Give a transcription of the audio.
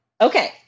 Okay